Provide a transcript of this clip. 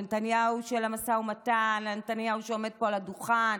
לנתניהו של המשא ומתן, לנתניהו שעומד פה על הדוכן?